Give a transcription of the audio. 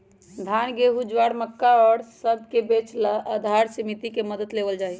धान, गेहूं, ज्वार, मक्का और सब के बेचे ला बाजार समिति के मदद लेवल जाहई